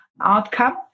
outcome